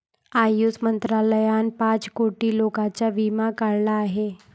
आयुष मंत्रालयाने पाच कोटी लोकांचा विमा काढला आहे